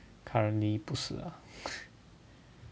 currently 不是 ah